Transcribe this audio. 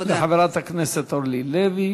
תודה לחברת הכנסת אורלי לוי.